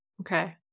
Okay